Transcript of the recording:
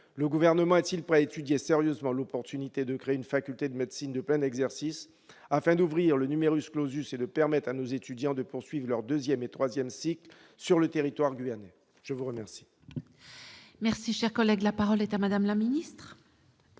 le Gouvernement est-il prêt à étudier sérieusement l'opportunité de créer une faculté de médecine de plein exercice, afin d'ouvrir le et de permettre à nos étudiants de poursuivre leur deuxième et troisième cycles sur le territoire guyanais ? La parole est à Mme la ministre.